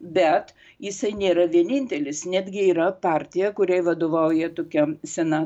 bet jisai nėra vienintelis netgi yra partija kuriai vadovauja tokiam sena